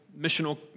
missional